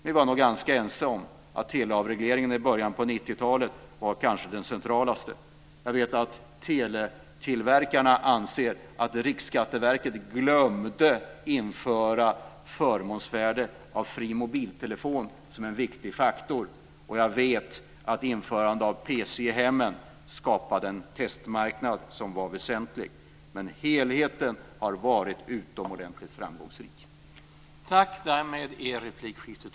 Vi var nog ganska ense om att teleavregleringen i början av 90 talet kanske var det mest centrala. Jag vet att tillverkarna anser att Riksskatteverket glömde att införa förmånsvärde för fri mobiltelefon och att det är en viktig faktor. Jag vet också att införande av pc i hemmen skapade en testmarknad som var väsentlig. Som helhet har det varit utomordentligt framgångsrikt.